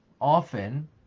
often